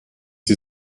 die